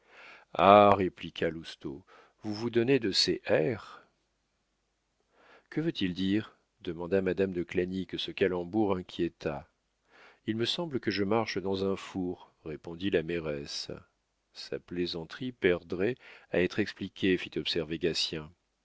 ah répliqua lousteau vous vous donnez de ces r que veut-il dire demanda madame de clagny que ce calembour inquiéta il me semble que je marche dans un four répondit la mairesse sa plaisanterie perdrait à être expliquée